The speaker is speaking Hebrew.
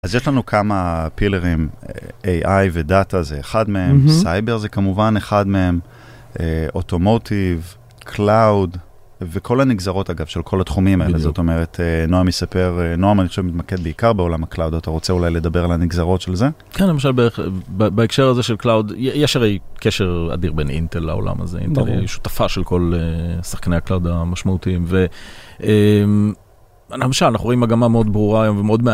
אז יש לנו כמה פילרים, AI ודאטה זה אחד מהם, סייבר זה כמובן אחד מהם, אוטומוטיב, קלאוד, וכל הנגזרות, אגב, של כל התחומים האלה. זאת אומרת, נועם יספר, נועם, אני חושב, מתמקד בעיקר בעולם הקלאוד, אתה רוצה אולי לדבר על הנגזרות של זה? - כן, למשל, בהקשר הזה של קלאוד, יש הרי קשר אדיר בין אינטל לעולם הזה, אינטל היא שותפה של כל שחקני הקלאוד המשמעותיים, ולמשל, אנחנו רואים מגמה מאוד ברורה היום ומאוד מעניינת.